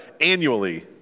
annually